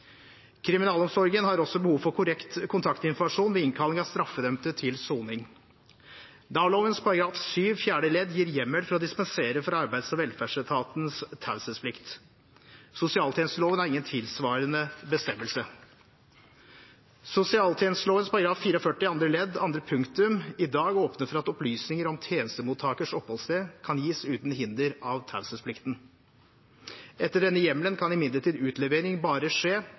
Kriminalomsorgen har også behov for korrekt kontaktinformasjon ved innkalling av straffedømte til soning. Nav-loven § 7 fjerde ledd gir hjemmel for å dispensere fra Arbeids- og velferdsetatens taushetsplikt. Sosialtjenesteloven har ingen tilsvarende bestemmelse. Sosialtjenesteloven § 44 andre ledd andre punktum åpner i dag for at opplysninger om tjenestemottakers oppholdssted kan gis uten hinder av taushetsplikten. Etter denne hjemmelen kan imidlertid utlevering bare skje